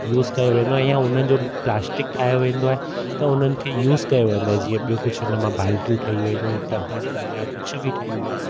use कंदो वेंदो आहे या उन्हनि जो प्लास्टिक ठाहियो वेंदो आहे त उन्हनि खे यूस कयो वेंदो आहे जीअं ॿियो कुझु उन मां बाल्टियूं ठही वयूं टब ठही विया कुझु बि ठही वियो